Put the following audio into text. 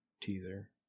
teaser